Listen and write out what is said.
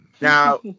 Now